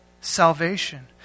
salvation